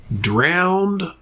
Drowned